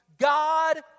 God